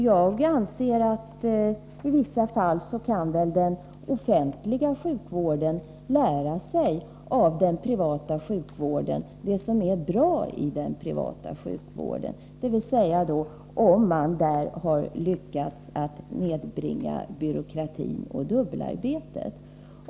Jag anser att den offentliga sjukvården i vissa fall kan lära sig av den privata sjukvården och ta efter det som är bra, dvs. då man där har lyckats bringa ned byråkratin och dubbelarbetet.